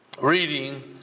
reading